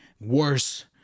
worse